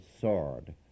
sword